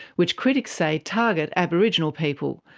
which critics say target aboriginal people,